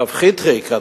הרב חיטריק,